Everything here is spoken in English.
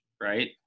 right